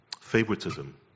favoritism